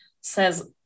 says